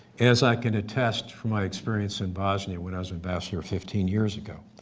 as i can attest from my experience in bosnia when i was ambassador fifteen years ago.